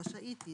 רשאית היא,